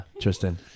Tristan